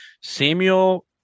Samuel